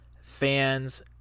fans